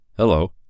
Hello